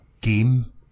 game